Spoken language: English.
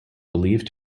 believed